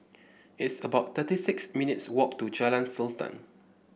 it's about thirty six minutes walk to Jalan Sultan